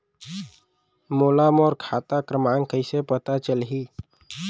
मोला मोर खाता क्रमाँक कइसे पता चलही?